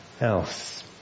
else